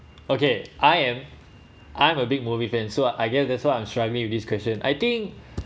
okay I am I am a big movie fan so I guess that's why I'm struggling with this question I think